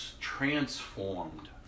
transformed